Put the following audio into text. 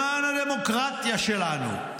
למען הדמוקרטיה שלנו,